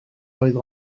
oedd